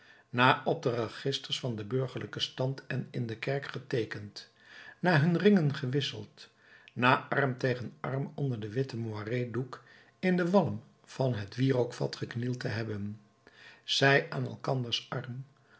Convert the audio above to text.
na op de registers van den burgerlijken stand en in de kerk geteekend na hun ringen gewisseld na arm tegen arm onder den witten moiré doek in den walm van het wierookvat geknield te hebben zij aan elkanders arm